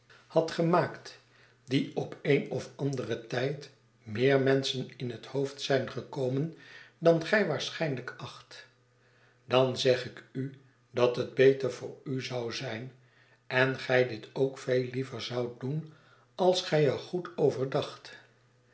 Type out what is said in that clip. hadt gemaakt die op een of anderen tijd meer menschen in het hoofd zljn gekomen dan gij waarschijnlijk acht dan zeg ik u dat het beter voor u zou zijn en gij dit ook veel liever zoudt doen als gij er goed